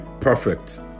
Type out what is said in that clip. perfect